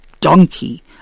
donkey